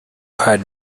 had